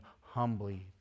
humbly